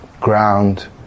ground